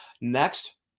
Next